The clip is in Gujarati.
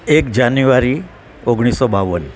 એક જાન્યુઆરી ઓગણીસસો બાવન